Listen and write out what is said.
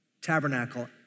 tabernacle